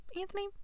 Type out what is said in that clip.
Anthony